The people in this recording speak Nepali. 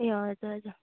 ए हजुर हजुर